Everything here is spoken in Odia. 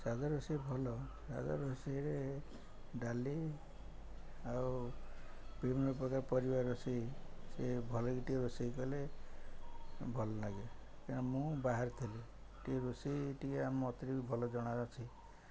ସାଧା ରୋଷେଇ ଭଲ ସାଧା ରୋଷେଇରେ ଡାଲି ଆଉ ବିଭିନ୍ନ ପ୍ରକାର ପରିବା ରୋଷେଇ ସେ ଭଲକି ଟିକେ ରୋଷେଇ କଲେ ଭଲ ଲାଗେ କାରଣ ମୁଁ ବାହାରିଥିଲି ଟିକେ ରୋଷେଇ ଟିକେ ଆମ ମତରେ ବି ଭଲ ଜଣା ଅଛି